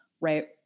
right